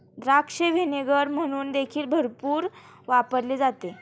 द्राक्ष व्हिनेगर म्हणून देखील भरपूर वापरले जाते